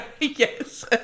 Yes